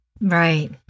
Right